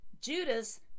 Judas